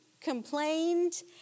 complained